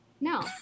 No